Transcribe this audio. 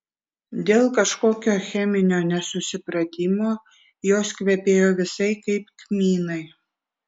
dėl kažkokio cheminio nesusipratimo jos kvepėjo visai kaip kmynai